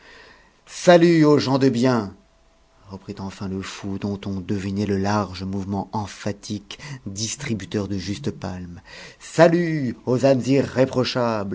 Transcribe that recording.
salut aux gens de bien reprit enfin le fou dont on devinait le large mouvement emphatique distributeur de justes palmes salut aux âmes